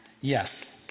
Yes